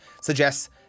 suggests